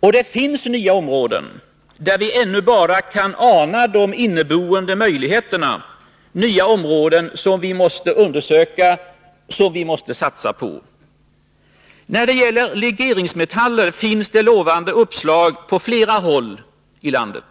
Och det finns nya områden — där vi ännu bara kan ana de inneboende möjligheterna — som vi måste undersöka och satsa på. När det gäller legeringsmetaller finns det lovande uppslag på flera håll i landet.